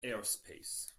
airspace